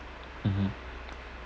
mmhmm